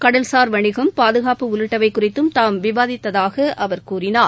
கடல்சார் வணிகம் பாதுகாப்பு உள்ளிட்டவை குறித்தும் தாம் விவாதித்ததாக அவர் கூறினார்